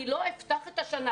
אני לא אפתח את השנה,